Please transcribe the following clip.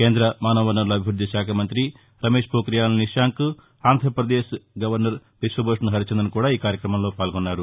కేంద్ర మానవ వనరుల అభివృద్ది శాఖ మంత్రి రమేష్పోక్రియాల్ నిశాంక్ ఆంధ్రప్రదేశ్ గవర్నర్ బిశ్వభూషణ్ హరిచందన్ కూడా ఈ కార్యక్రమంలో పాల్గొన్నారు